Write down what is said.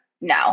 no